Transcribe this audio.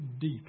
deep